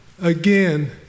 again